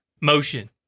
motion